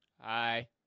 Hi